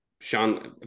Sean